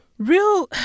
Real